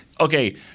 Okay